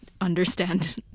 understand